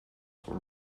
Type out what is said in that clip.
for